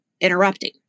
interrupting